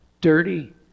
dirty